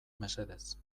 mesedez